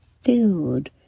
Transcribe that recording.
filled